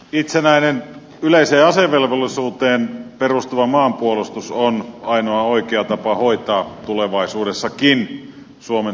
itsenäinen yleiseen asevelvollisuuteen perustuva maanpuolustus on ainoa oikea tapa hoitaa tulevaisuudessakin suomen sotilaallinen puolustus